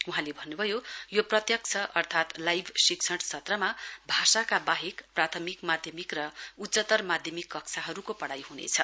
वहाँले भन्नुभयो यो प्रत्यक्ष अर्थात लाइभ शिक्षण सत्रमा भाषाका वाहेक प्राथमिक माध्यमिक र उच्चतर माध्यमिक कक्षाहरुको पढ़ाई हुनेछ